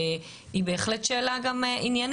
היא בהחלט גם שאלה עניינית,